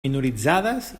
minoritzades